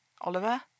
Oliver